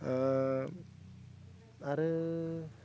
आरो